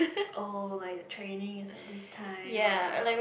oh like the training is at this time or whatever